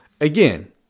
Again